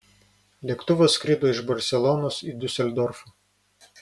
lėktuvas skrido iš barselonos į diuseldorfą